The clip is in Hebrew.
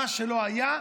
מה שלא היה,